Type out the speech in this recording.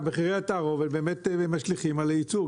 מחירי התערובת באמת משליכים על הייצור.